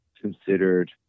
considered